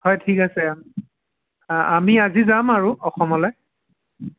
হয় ঠিক আছে অ আ আমি আজি যাম আৰু অসমলৈ